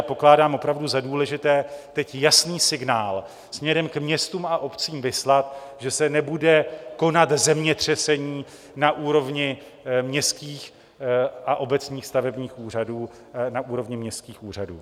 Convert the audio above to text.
Pokládám opravdu za důležité teď vyslat jasný signál směrem k městům a obcím, že se nebude konat zemětřesení na úrovni městských a obecních stavebních úřadů, na úrovni městských úřadů.